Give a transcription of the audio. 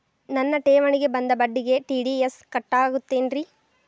ನನ್ನ ಠೇವಣಿಗೆ ಬಂದ ಬಡ್ಡಿಗೆ ಟಿ.ಡಿ.ಎಸ್ ಕಟ್ಟಾಗುತ್ತೇನ್ರೇ?